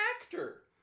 actor